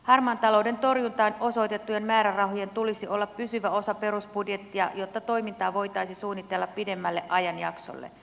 harmaan talouden torjuntaan osoitettujen määrärahojen tulisi olla pysyvä osa perusbudjettia jotta toimintaa voitaisiin suunnitella pidemmälle ajanjaksolle